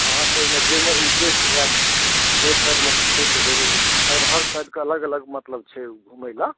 अहाँक ओहिमे जाहिमे इन्टरेस्ट रहै जहि साइडमे देखै कऽ जयबै तऽ शायद हर साइड कऽ अलग अलग मतलब छै घुमै लऽ